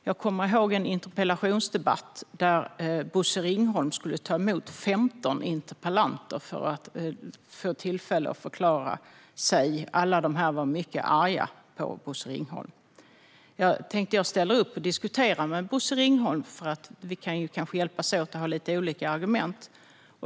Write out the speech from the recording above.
Jag kommer ihåg en interpellationsdebatt då Bosse Ringholm skulle ta emot 15 interpellanter för att få tillfälle att förklara sig. Alla var mycket arga på Bosse Ringholm. Jag tänkte att jag skulle ställa upp och diskutera med Bosse Ringholm, för vi kunde kanske hjälpas åt och ha lite olika argument.